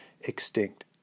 extinct